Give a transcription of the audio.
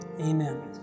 Amen